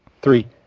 Three